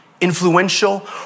Influential